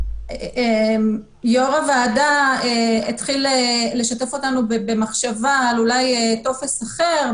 יו"ר הוועדה התחיל לשתף אותנו במחשבה על טופס אחר.